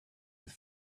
with